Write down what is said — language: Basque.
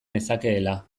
nezakeela